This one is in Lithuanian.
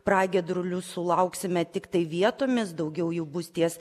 pragiedrulių sulauksime tiktai vietomis daugiau jų bus ties